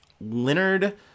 Leonard